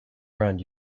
around